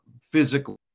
physically